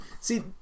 see